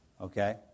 Okay